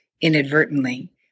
inadvertently